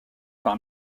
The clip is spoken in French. par